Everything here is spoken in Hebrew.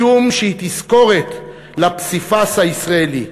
משום שהיא תזכורת לפסיפס הישראלי,